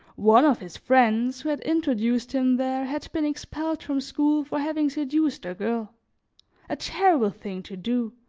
one of his friends, who had introduced him there, had been expelled from school for having seduced a girl a terrible thing to do,